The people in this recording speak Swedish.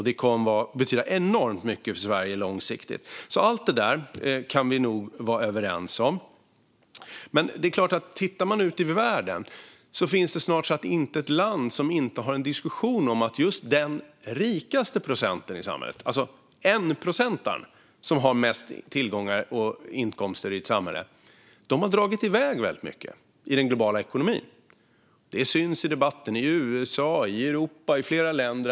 Det kommer att betyda enormt mycket för Sverige långsiktigt. Allt detta kan vi nog vara överens om. Men tittar man ut i världen ser man att det snart sagt inte finns ett land som inte har en diskussion om att just den rikaste procenten i samhället, den procent som har mest tillgångar och inkomster, har dragit iväg väldigt mycket i den globala ekonomin. Det syns i debatten i USA, i Europa och i flera länder.